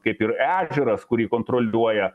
kaip ir ežeras kurį kontroliuoja